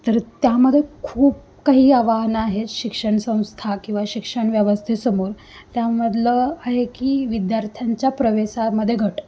तर त्यामध्ये खूप काही आवाहनं आहेत शिक्षण संस्था किंवा शिक्षण व्यवस्थेसमोर त्यामधलं आहे की विद्यार्थ्यांच्या प्रवेशामध्ये घट